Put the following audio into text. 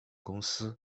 公司